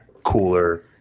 cooler